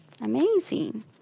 Amazing